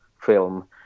film